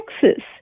Texas